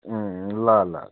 ए ल ल ल